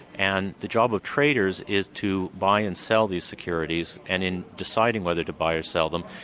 and the job of traders is to buy and sell these securities, and in deciding whether to buy or sell them,